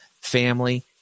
family